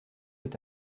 est